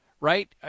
right